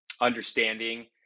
understanding